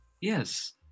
Yes